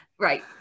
right